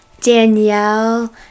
Danielle